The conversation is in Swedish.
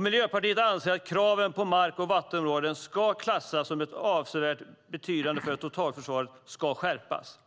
Miljöpartiet anser att kraven för att mark och vattenområden ska klassas som av avsevärd betydelse för totalförsvaret ska skärpas.